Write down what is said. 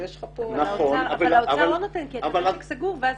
אבל האוצר לא נותן כי אתה משק סגור ואז